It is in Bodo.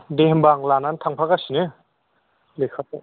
दे होनब्ला आं लानानै थांफागासिनो लेखाखौ